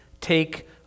take